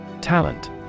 Talent